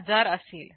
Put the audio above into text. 10000 असेल